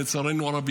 לצערנו הרב,